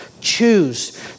choose